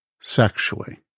sexually